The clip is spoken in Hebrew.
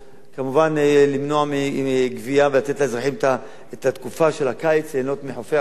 למנוע גבייה ולתת לאזרחים בתקופה של הקיץ ליהנות מחופי רחצה,